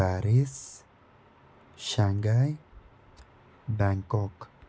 Paris Shanghai Bangkok